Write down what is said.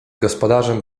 gospodarzem